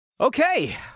Okay